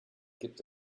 gibt